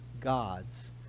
gods